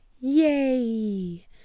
Yay